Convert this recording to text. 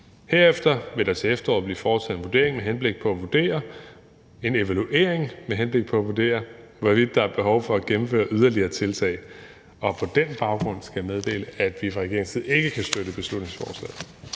Herefter vil der til efteråret blive foretaget en evaluering med henblik på at vurdere, hvorvidt der er behov for at gennemføre yderligere tiltag. På den baggrund skal jeg meddele, at vi fra regeringens side ikke kan støtte beslutningsforslaget.